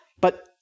But-